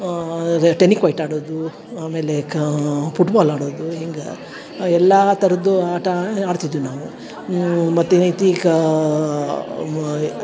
ಅದೆ tenniquoit ಆಡೋದೂ ಆಮೇಲೆ ಕಾ ಪುಟ್ಬಾಲ್ ಆಡೋದು ಹಿಂಗೆ ಎಲ್ಲಾ ಥರದ್ದು ಆಟ ಆಡ್ತಿದ್ವಿ ನಾವು ಮತ್ತು ಏನೈತಿ ಈಗ ಮಾ